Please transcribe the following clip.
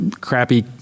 crappy